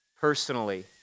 personally